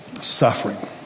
suffering